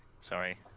sorry